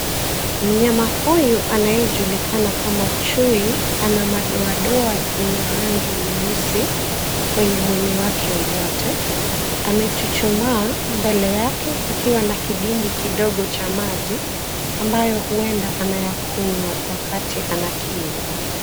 Mnyama huyu anayejulikana kama chui ana madoadoa yenye rangi nyeusi kwenye mwili wake wote. Amechuchumaa mbele yake kukiwa na kidimbwi kidogo cha maji ambayo huenda anayakunywa wakati ana kiu.